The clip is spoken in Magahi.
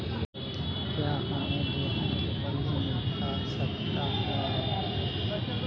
क्या हमे गेंहू के बीज मिलता सकता है?